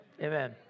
Amen